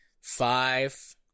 five